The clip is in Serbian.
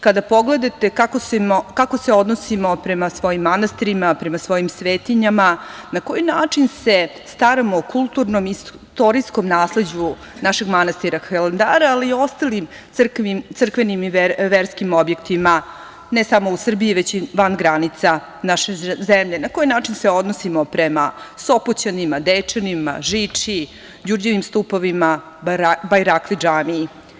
Kada pogledate kako se odnosimo prema svojim manastirima, prema svojim svetinjama, na koji način se staramo o kulturno-istorijskom nasleđu našeg manastira Hilandara, a i o ostalim crkvenim i verskim objektima, ne samo u Srbiji već i van granica naše zemlje, na koji način se odnosimo prema Sopoćanima, Dečanima, Žiči, Đurđevim Stupovima, Bajrakli džamiji.